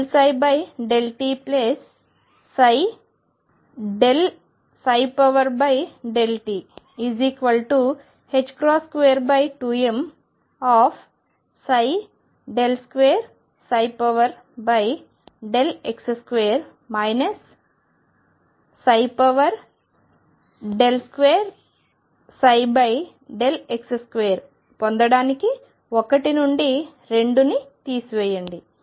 iℏ∂ψ ∂tψ∂t22m2x2 2x2 పొందడానికి 1 నుండి 2ని తీసివేయండి